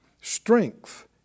strength